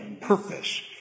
purpose